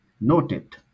noted